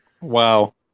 Wow